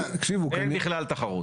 אין בכלל תחרות.